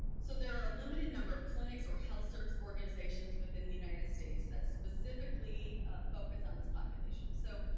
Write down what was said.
so there are a limited number of clinics or health service organizations within the united states that specifically focus on this population. so,